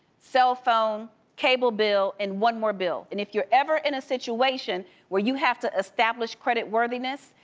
cellphone, cable bill and one more bill. and if you're ever in a situation where you have to establish credit worthiness,